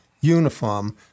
uniform